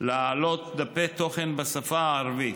להעלות דפי תוכן בשפה הערבית.